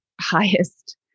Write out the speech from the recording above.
highest